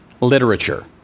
Literature